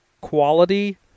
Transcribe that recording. Quality